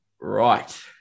Right